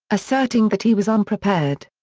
asserting that he was unprepared.